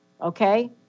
okay